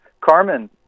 Carmen